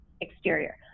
exterior